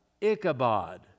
Ichabod